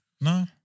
No